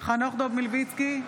חנוך דב מלביצקי,